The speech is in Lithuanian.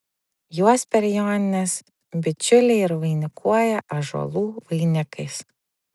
juos per jonines bičiuliai ir vainikuoja ąžuolų vainikais